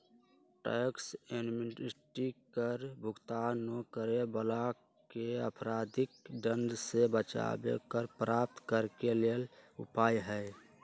tax amnesty कर भुगतान न करे वलाके अपराधिक दंड से बचाबे कर प्राप्त करेके लेल उपाय हइ